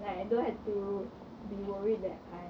like I don't have to be worried that I